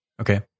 Okay